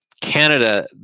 Canada